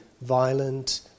violent